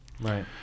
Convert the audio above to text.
Right